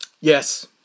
Yes